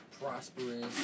prosperous